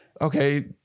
Okay